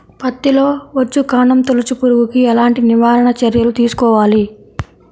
పత్తిలో వచ్చుకాండం తొలుచు పురుగుకి ఎలాంటి నివారణ చర్యలు తీసుకోవాలి?